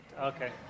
okay